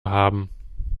haben